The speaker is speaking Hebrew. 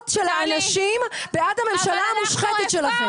של האנשים בעד הממשלה המושחתת שלכם.